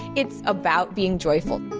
it's about being joyful